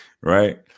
Right